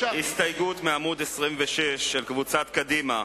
הסתייגות מעמוד 26, של קבוצת קדימה,